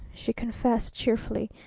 she confessed cheerfully.